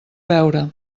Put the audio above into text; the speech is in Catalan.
veure